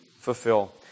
fulfill